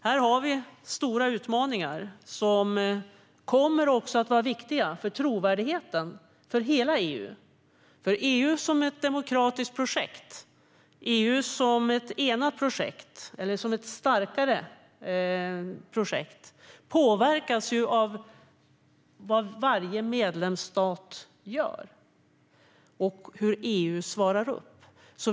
Här har vi stora utmaningar som kommer att vara viktiga för trovärdigheten för hela EU. EU som ett demokratiskt projekt, ett enat eller starkare projekt, påverkas av vad varje medlemsstat gör och hur EU svarar upp.